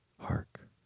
hark